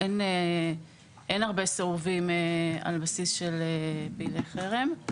אין הרבה סירובים על בסיס של פעילי חרם.